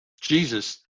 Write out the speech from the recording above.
Jesus